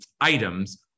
items